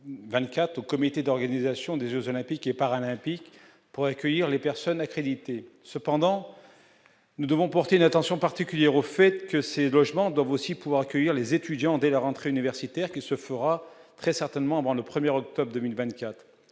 au comité d'organisation des Jeux olympiques et paralympiques pour accueillir les personnes accréditées, cependant nous devons porter une attention particulière au fait que ces logements doivent aussi pouvoir accueillir les étudiants dès la rentrée universitaire qui se fera très certainement avant le premier octobre 2024